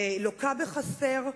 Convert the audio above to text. לוקה בחסר.